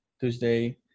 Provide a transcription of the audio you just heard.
Tuesday